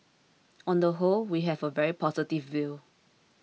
on the whole we have a very positive view